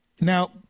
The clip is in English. Now